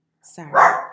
Sorry